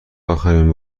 اخرین